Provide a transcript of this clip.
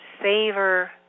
savor